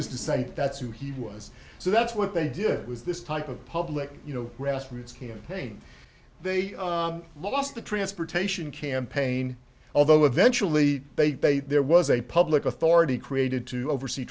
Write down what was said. decided that's who he was so that's what they did was this type of public you know grassroots campaign they lost the transportation campaign although eventually they pay there was a public authority created to oversee